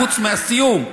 חוץ מהסיום,